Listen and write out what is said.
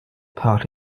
park